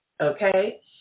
okay